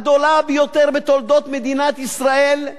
הגדולה ביותר בתולדות מדינת ישראל,